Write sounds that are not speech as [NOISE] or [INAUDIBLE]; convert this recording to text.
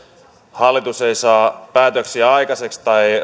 hallitus ei saa päätöksiä aikaiseksi tai [UNINTELLIGIBLE]